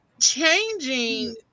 changing